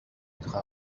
être